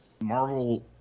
Marvel